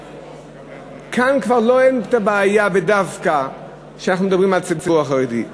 כבר אין הבעיה של דווקא כשאנחנו מדברים על הציבור החרדי.